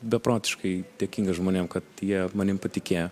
beprotiškai dėkingas žmonėm kad jie manim patikėjo